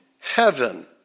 heaven